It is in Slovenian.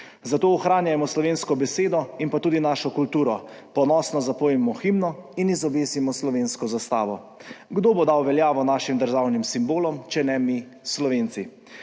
zato ohranjamo slovensko besedo in tudi našo kulturo, ponosno zapojmo himno in izobesimo slovensko zastavo. Kdo bo dal veljavo našim državnim simbolom, če ne mi, Slovenci?